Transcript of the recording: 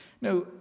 Now